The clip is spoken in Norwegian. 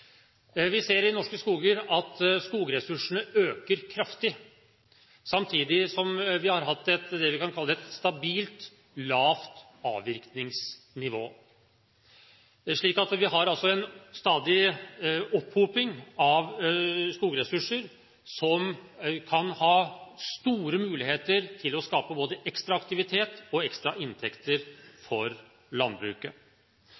Vi ser i norske skoger at skogressursene øker kraftig, samtidig som vi har hatt det vi kan kalle et stabilt lavt avvirkningsnivå. Vi har altså en stadig opphopning av skogressurser, som kan gi store muligheter til å skape både ekstra aktivitet og ekstra